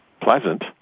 pleasant